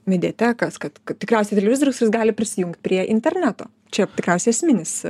mediatekas kad kad tikriausiai televizorius jis gali prisijungt prie interneto čia tikriausiai esminis